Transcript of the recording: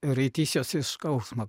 raitysiuos iš skausmo